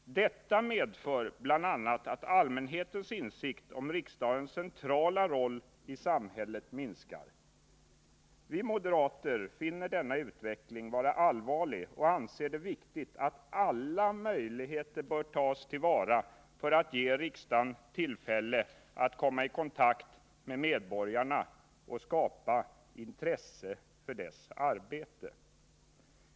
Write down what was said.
Detta medför bl.a. att allmänhetens insikt om riksdagens centrala roll i samhället minskar. Vi moderater finner denna utveckling allvarlig och anser det viktigt att alla möjligheter tas till vara för att ge riksdagen tillfälle att komma i kontakt med medborgarna och skapa intresse för riksdagens arbete.